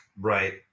Right